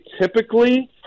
typically